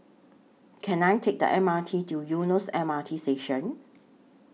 Can I Take The M R T to Eunos M R T Station